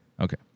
Okay